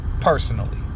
personally